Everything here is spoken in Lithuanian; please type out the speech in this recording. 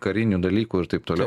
karinių dalykų ir taip toliau